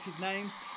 names